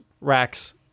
rack's